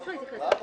להתייחס